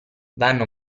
vanno